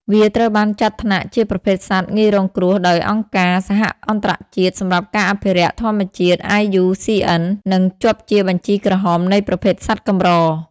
វាត្រូវបានចាត់ថ្នាក់ជាប្រភេទសត្វ ងាយរងគ្រោះ ដោយអង្គការ សហភាពអន្តរជាតិសម្រាប់ការអភិរក្សធម្មជាតិ (IUCN) និងជាប់ជាបញ្ជីក្រហមនៃប្រភេទសត្វកម្រ។